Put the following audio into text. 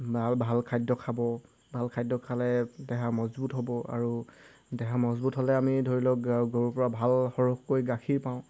ভাল ভাল খাদ্য খাব ভাল খাদ্য খালে দেহা মজবুত হ'ব আৰু দেহা মজবুত হ'লে আমি ধৰি লওক গৰুৰপৰা ভাল সৰহকৈ গাখীৰ পাওঁ